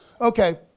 Okay